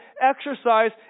exercise